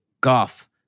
golf